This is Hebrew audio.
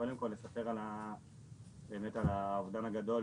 קודם כל לספר על האובדן הגדול,